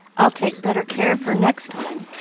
i'll take better care of her next time.